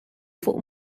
fuq